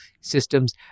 systems